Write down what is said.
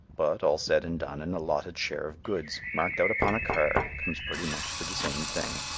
but, all said and done, an allotted share of goods, marked out upon a card, comes pretty much to the same thing.